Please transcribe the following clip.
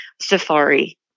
Safari